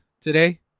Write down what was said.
today